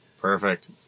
Perfect